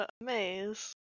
maze